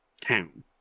town